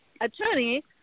Attorney